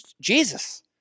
Jesus